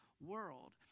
world